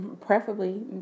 preferably